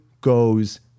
goes